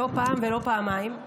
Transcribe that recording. לא פעם ולא פעמיים.